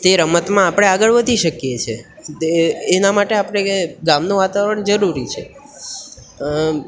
તે રમતમાં આપણે આગળ વધી શકીએ છીએ એના માટે આપણે ગામનું વાતાવરણ જરૂરી છે